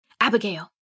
Abigail